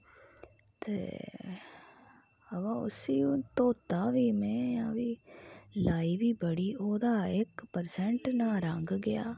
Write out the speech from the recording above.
ते बाऽ उसी धोता बी नेईं लाई बी बड़ी ते ओह्दा इक्क परसैंट ना रंग गेआ